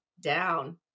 down